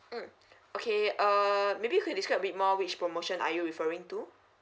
mm okay uh maybe you can describe a bit more which promotion are you referring to